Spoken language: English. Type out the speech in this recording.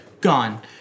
Gone